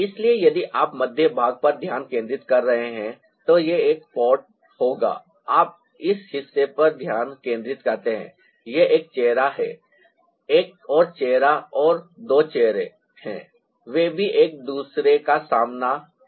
सलिए यदि आप मध्य भाग पर ध्यान केंद्रित करते हैं तो यह एक पॉट होगा आप इस हिस्से पर ध्यान केंद्रित करते हैं यह एक चेहरा है एक और चेहरा और दो चेहरे हैं वे भी एक दूसरे का सामना कर रहे हैं